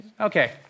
Okay